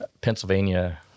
Pennsylvania